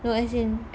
no as in